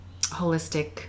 holistic